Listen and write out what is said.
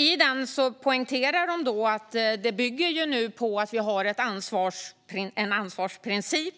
I den poängterar man att det bygger på att vi nu har en ansvarsprincip.